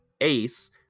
Ace